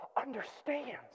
understands